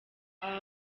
aba